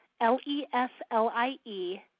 L-E-S-L-I-E